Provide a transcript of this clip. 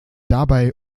dabei